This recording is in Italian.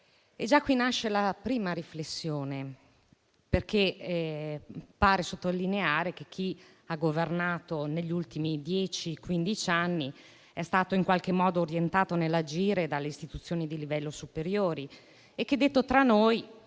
Già da qui nasce la prima riflessione, perché ciò pare sottolineare che chi ha governato negli ultimi dieci o quindici anni è stato in qualche modo orientato nell'agire dalle istituzioni di livello superiore. Detto tra noi,